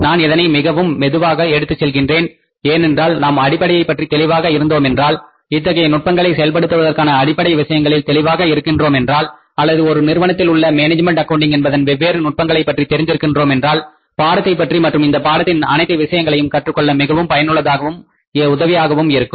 நான் இதனை மிகவும் மெதுவாக எடுத்து செல்கின்றேன் ஏனென்றால் நாம் அடிப்படையைப் பற்றி தெளிவாக இருந்தோமென்றால் இத்தகைய நுட்பங்களை செயல்படுத்துவதற்கான அடிப்படை விஷயங்களில் தெளிவாக இருக்கின்றோமென்றால் அல்லது ஒரு நிறுவனத்தில் உள்ள மேனேஜ்மென்ட் அக்கவுண்டிங் என்பதன் வெவ்வேறு நுட்பங்களைப் பற்றி தெரிந்து இருக்கின்றோமென்றால் பாடத்தைப் பற்றி மற்றும் இந்தப் பாடத்தின் அனைத்து விஷயங்களையும் கற்றுக்கொள்ள மிகவும் பயனுள்ளதாகவும் உதவியாகவும் இருக்கும்